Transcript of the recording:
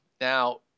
now